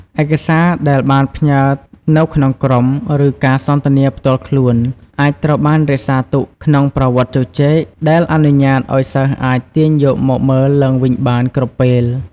ឯកសារដែលបានផ្ញើរនៅក្នុងក្រុម ឬការសន្ទនាផ្ទាល់ខ្លួន អាចត្រូវបាន រក្សាទុក ក្នុងប្រវត្តិជជែក ដែលអនុញ្ញាតឲ្យសិស្សអាចទាញយកមកមើលឡើងវិញបានគ្រប់ពេល។